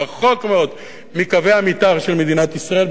רחוק מאוד מקווי המיתאר של מדינת ישראל,